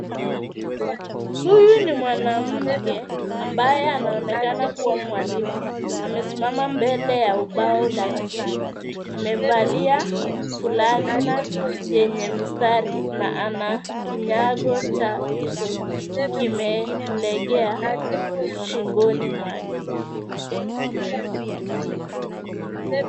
Huyu ni mwanamke ambaye anaonekana kuwa mwalimu, amesimama mbele ya ubao darasani. Amevalia fulana yenye mistari, na ana kinyago cha uso, kimelegea shingoni mwake.